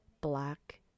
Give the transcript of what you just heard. black